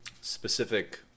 specific